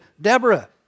Deborah